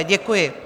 Děkuji.